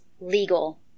legal